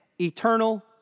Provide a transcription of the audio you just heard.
eternal